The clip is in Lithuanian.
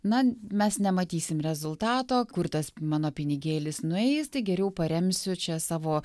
na mes nematysim rezultato kur tas mano pinigėlis nueis tai geriau paremsiu čia savo